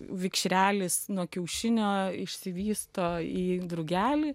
vikšrelis nuo kiaušinio išsivysto į drugelį